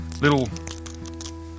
little